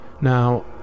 Now